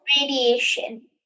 radiation